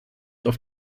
auf